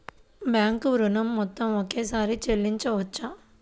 Bank ఋణం మొత్తము ఒకేసారి చెల్లించవచ్చా?